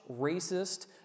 racist